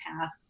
path